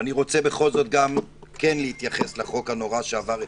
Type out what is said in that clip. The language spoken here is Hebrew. בכל זאת, אני רוצה להתייחס לחוק הנורא שעבר אתמול.